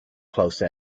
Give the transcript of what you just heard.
close